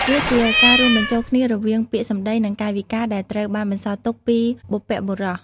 វាជាការរួមបញ្ចូលគ្នារវាងពាក្យសម្ដីនិងកាយវិការដែលត្រូវបានបន្សល់ទុកពីបុព្វបុរស។